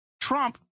Trump